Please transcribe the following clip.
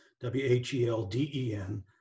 W-H-E-L-D-E-N